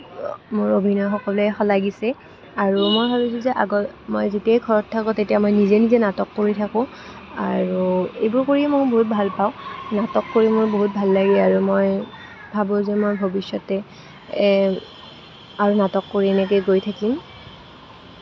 মোৰ অভিনয় সকলোৱে শলাগিছে আৰু মই ভাবিছোঁ যে আগ মই যেতিয়াই ঘৰত থাকোঁ তেতিয়া মই নিজে নিজেই নাটক কৰি থাকোঁ আৰু এইবোৰ কৰি মই বহুত ভাল পাওঁ নাটক কৰি মোৰ বহুত ভাল লাগে আৰু মই ভাবোঁ যে মই ভৱিষ্য়তে আৰু নাটক কৰি এনেকে গৈ থাকিম